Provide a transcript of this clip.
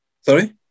Sorry